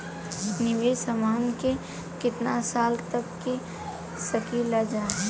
निवेश हमहन के कितना साल तक के सकीलाजा?